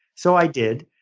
so i did,